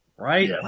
Right